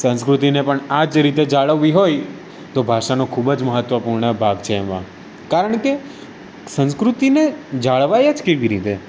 સંસ્કૃતિને પણ આ જ રીતે જાળવવી હોય તો ભાષાનો ખૂબ જ મહત્ત્વપૂર્ણ ભાગ છે એમાં કારણ કે સંસ્કૃતિને જળવાય જ કેવી રીતે